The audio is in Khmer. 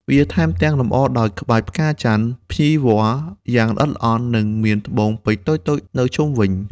វាថែមទាំងលម្អដោយក្បាច់ផ្កាចន្ទន៍ ភ្ញីវល្លិ យ៉ាងល្អិតល្អន់ និងមានត្បូងពេជ្រតូចៗនៅជុំវិញ។